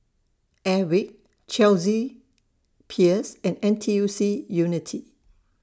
Airwick Chelsea Peers and N T U C Unity